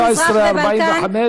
מזרח ובלקן,